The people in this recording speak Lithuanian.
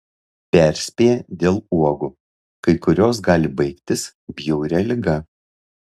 perspėja dėl uogų kai kurios gali baigtis bjauria liga